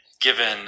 given